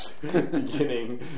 beginning